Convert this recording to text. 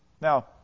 Now